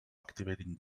activating